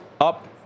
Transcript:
up